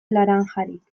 laranjarik